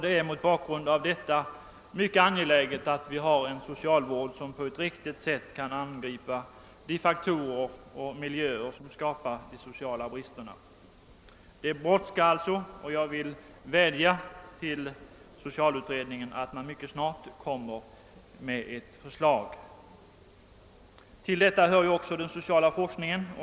Det är mot den bakgrunden mycket angeläget att vi har en socialvård som på ett riktigt sätt kan angripa de faktorer och miljöer som skapar de sociala bristerna. Det brådskar alltså, och jag vill vädja till socialutredningen att den mycket snart lägger fram ett förslag. Till sammanhanget hör också frågan om den sociala forskningen.